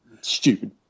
Stupid